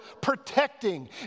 protecting